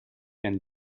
and